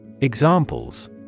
Examples